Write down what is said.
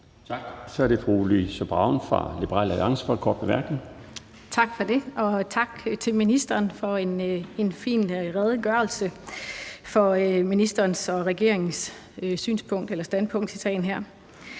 Tak. Så er det fru Louise Brown fra Liberal Alliance for en kort bemærkning. Kl. 14:58 Louise Brown (LA): Tak for det, og tak til ministeren for en fin redegørelse for ministerens og regeringens synspunkt eller standpunkt i sagen her.